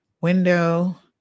window